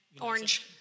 orange